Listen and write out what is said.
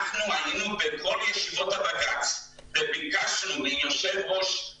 אנחנו היינו בכל ישיבות הבג"צ וביקשנו מבית